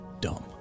dumb